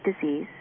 disease